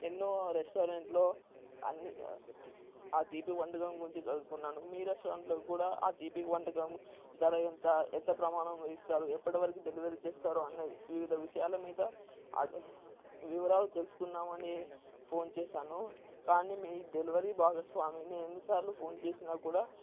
ఎన్నో రెస్టారెంట్లో ఆ తీపి వంటకం గురించి కనుక్కున్నాను మీ రెస్టారెంట్లో కూడా ఆ తీపి వంటకం ధర ఎంత ఎంత ప్రమాణంలో ఇస్తారు ఎప్పటివరకు డెలివరీ చేస్తారు అన్న వివిధ విషయాల మీద వివరాలు తెలుసుకుందామని ఫోన్ చేశాను కానీ మీ డెలివరీ భాగస్వామిని ఎన్నిసార్లు ఫోన్ చేసినా కూడా